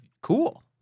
cool